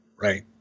right